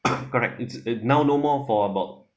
correct it's it now no more for about